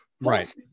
Right